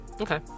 okay